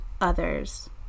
others